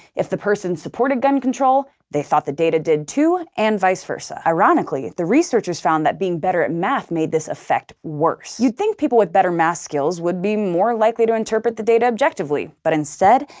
if the person supported gun control, they thought the data did, too, and vice versa. ironically the researchers found that being better at math made this effect worse. you'd think people with better math skills would be more likely to interpret the data objectively, but instead,